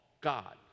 God